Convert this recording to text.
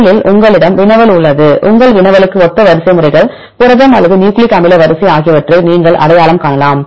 முதலில் உங்களிடம் வினவல் உள்ளது உங்கள் வினவலுக்கு ஒத்த வரிசைமுறைகள் புரதம் அல்லது நியூக்ளிக் அமில வரிசை ஆகியவற்றை நீங்கள் அடையாளம் காணலாம்